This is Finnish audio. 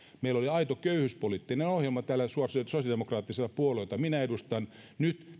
meillä oli aito köyhyyspoliittinen ohjelma tällä sosiaalidemokraattisella puolueella jota minä edustan nyt